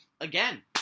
again